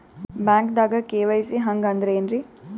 ಬ್ಯಾಂಕ್ದಾಗ ಕೆ.ವೈ.ಸಿ ಹಂಗ್ ಅಂದ್ರೆ ಏನ್ರೀ?